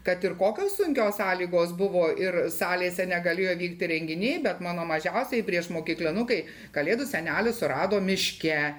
kad ir kokios sunkios sąlygos buvo ir salėse negalėjo vykti renginiai bet mano mažiausieji priešmokyklinukai kalėdų senelį surado miške